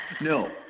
No